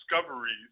discoveries